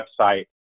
website